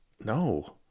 No